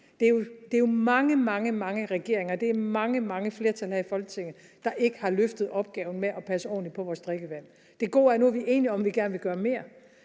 Det er jo mange, mange regeringer, og det er mange, mange flertal her i Folketinget, der ikke har løftet opgaven med at passe ordentligt på vores drikkevand. Det gode er, at nu vi enige om, at vi gerne vil gøre mere